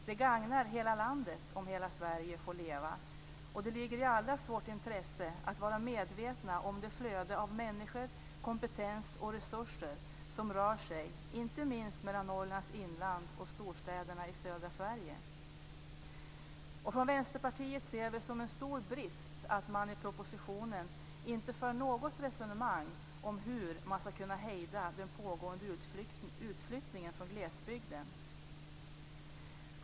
Det gagnar hela landet om hela Sverige får leva, och det ligger i allas vårt intresse att vara medveten om det flöde av människor, kompetens och resurser som rör sig inte minst mellan Norrlands inland och storstäderna i södra Från Vänsterpartiet ser vi det som en stor brist att man i propositionen inte för något resonemang om hur man skall kunna hejda den pågående utflyttningen från glesbygden.